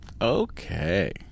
Okay